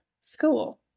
school